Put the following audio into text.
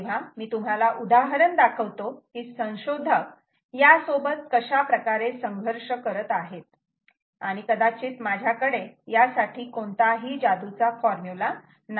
तेव्हा मी तुम्हाला उदाहरण दाखवतो की संशोधक यासोबत कशाप्रकारे संघर्ष करत आहेत आणि कदाचित माझ्याकडे यासाठी कोणताही जादूचा फॉर्म्युला नाही